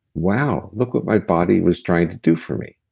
wow, look what my body was trying to do for me.